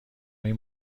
این